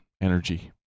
energy